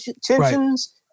tensions